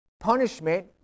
punishment